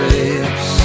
lips